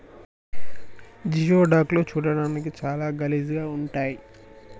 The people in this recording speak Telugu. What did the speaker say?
జియోడక్ లు చూడడానికి చాలా గలీజ్ గా ఉంటయ్